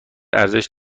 ارزش